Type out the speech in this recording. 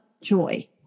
joy